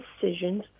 decisions